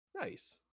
Nice